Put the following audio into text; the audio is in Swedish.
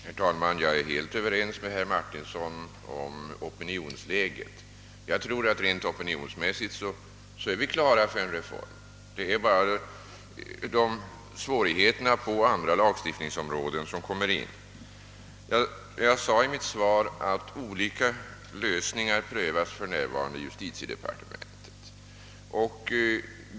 Herr talman! Jag är helt överens med herr Martinsson om opinionsläget och tror att vi rent opinionsmässigt är klara för en reform — det är bara svårigheterna på andra lagstiftningsområden som kommer in i bilden. Jag sade i mitt svar, att olika lös ningar för närvarande prövas i justitiedepartementet.